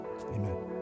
Amen